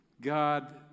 God